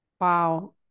Wow